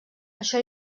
això